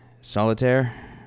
Solitaire